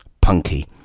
punky